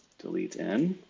delete in,